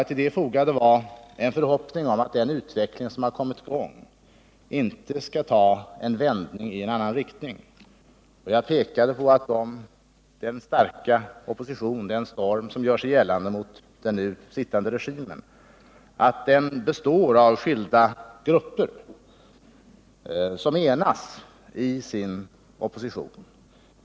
Till detta fogade jag en förhoppning om att den utveckling som kommit i gång inte skall ta en vändning i en annan riktning, och jag pekade därvid på att den starka opinion som gör sig gällande mot den nu sittande regimen består av skilda grupper som enas i sin opinion.